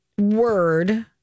word